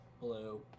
Blue